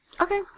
Okay